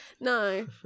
no